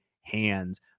hands